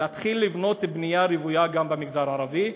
להתחיל לבנות בנייה רוויה גם במגזר הערבי,